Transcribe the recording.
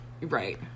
Right